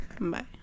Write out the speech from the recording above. Bye